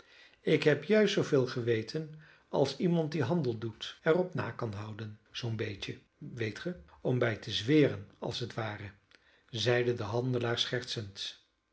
ik heb juist zooveel geweten als iemand die handel doet er op kan nahouden zoon beetje weet ge om bij te zweren als het ware zeide de handelaar schertsend